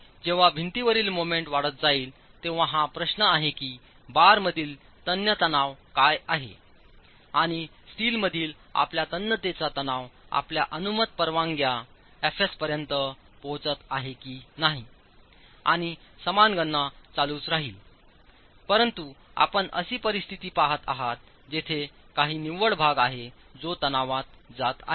आणि जेव्हा भिंतीवरील मोमेंट वाढत जाईल तेव्हा हा प्रश्न आहे की बारमधील तन्य तणाव काय आहे आणि स्टीलमधील आपल्या तन्यतेचा तणाव आपल्या अनुमत परवानग्या Fs पर्यंत पोहोचत आहे की नाहीआणि समान गणना चालूच राहील परंतु आपण अशी परिस्थिती पहात आहात जेथे तेथे काही निव्वळ विभाग आहे जो तणावात जात आहे